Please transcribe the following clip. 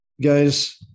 Guys